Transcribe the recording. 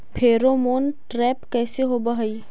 Pheromone trap कैसे होब हई?